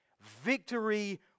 victory